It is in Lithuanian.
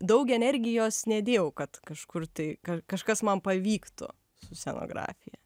daug energijos nedėjau kad kažkur tai kažkas man pavyktų su scenografija